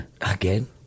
Again